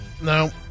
No